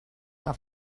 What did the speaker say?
que